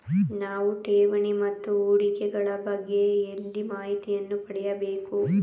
ನಾವು ಠೇವಣಿ ಮತ್ತು ಹೂಡಿಕೆ ಗಳ ಬಗ್ಗೆ ಎಲ್ಲಿ ಮಾಹಿತಿಯನ್ನು ಪಡೆಯಬೇಕು?